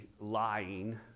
lying